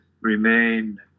remain